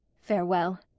Farewell